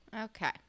Okay